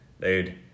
Dude